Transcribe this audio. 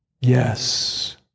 Yes